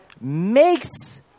makes